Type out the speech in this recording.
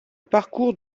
parcours